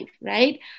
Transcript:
right